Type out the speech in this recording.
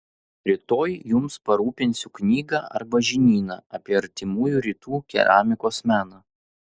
rytoj jums parūpinsiu knygą arba žinyną apie artimųjų rytų keramikos meną